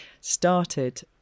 started